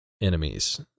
enemies